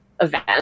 event